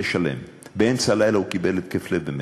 פרלמנטרית בנושא מונופול הגז לא התקבלה.